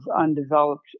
undeveloped